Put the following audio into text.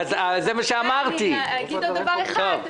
אגיד עוד דבר אחד,